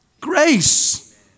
grace